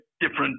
different